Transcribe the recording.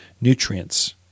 nutrients